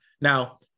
now